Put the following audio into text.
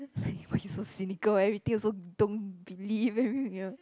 !aiya! why you so cynical everything also don't believe ya